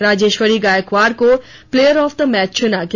राजेश्वरी गायकवाड़ को player of the match चुना गया